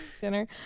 Dinner